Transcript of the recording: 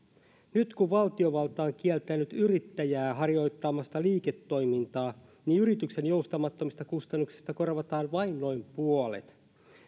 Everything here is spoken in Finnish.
nyt kun valtiovalta on kieltänyt yrittäjää harjoittamasta liiketoimintaa niin yrityksen joustamattomista kustannuksista korvataan vain noin puolet